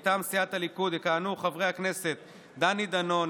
מטעם סיעת הליכוד יכהנו חברי הכנסת דני דנון,